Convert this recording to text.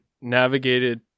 navigated